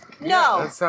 No